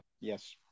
Yes